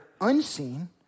unseen